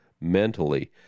mentally